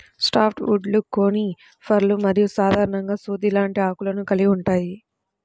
soft వుడ్లు కోనిఫర్లు మరియు సాధారణంగా సూది లాంటి ఆకులను కలిగి ఉంటాయి